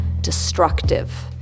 destructive